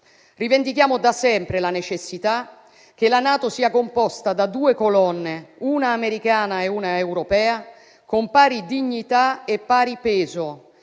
Rivendichiamo da sempre la necessità che la NATO sia composta da due colonne, una americana e una europea, con pari dignità e pari peso,